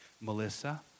Melissa